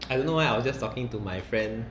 I don't know why I was just talking to my friend